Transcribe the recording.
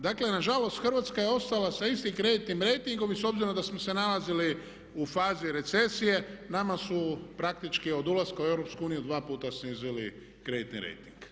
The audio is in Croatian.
Dakle, nažalost Hrvatska je ostala sa istim kreditnom rejtingom i s obzirom da smo se nalazi u fazi recesije nama su praktički od ulaska u EU dva puta snizili kreditni rejting.